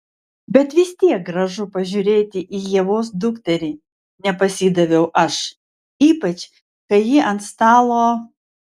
bet vis tiek gražu pažiūrėti į ievos dukterį nepasidaviau aš ypač kai ji ant stalo